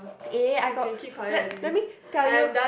eh I got let let me tell you